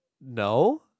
no